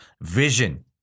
vision